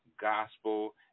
gospel